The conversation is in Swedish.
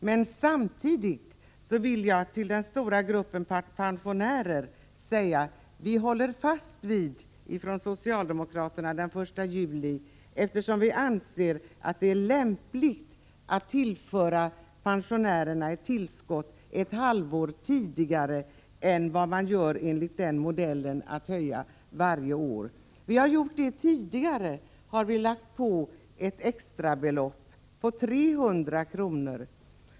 Men samtidigt vill jag till den stora gruppen pensionärer säga att vi socialdemokrater håller fast vid att höjningen skall utbetalas från den 1 juli i år, eftersom vi anser att det är lämpligt att tillföra pensionärerna ett tillskott ett halvår tidigare. Vi har även tidigare lagt på ett extrabelopp med 300 kr.